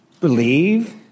Believe